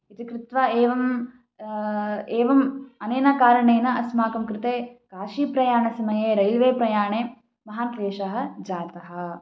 इति कृत्वा एवं एवम् अनेन कारणेन अस्माकं कृते काशीप्रयाणसमये रैल्वे प्रयाणे महान् क्लेशः जातः